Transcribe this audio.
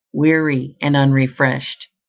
weary and unrefreshed.